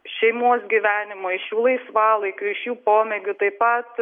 šeimos gyvenimo iš jų laisvalaikių iš jų pomėgių taip pat